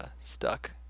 stuck